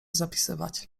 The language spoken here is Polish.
zapisywać